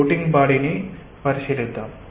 floating బాడీని పరిశీలిద్దాం